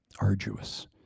arduous